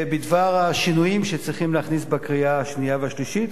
בדבר השינויים שצריכים להכניס לפני הקריאה השנייה והשלישית.